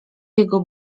jego